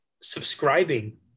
subscribing